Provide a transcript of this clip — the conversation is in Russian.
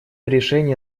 решение